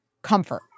comfort